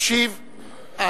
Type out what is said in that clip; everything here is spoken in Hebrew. בבקשה.